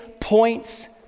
points